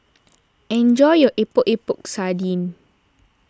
enjoy your Epok Epok Sardin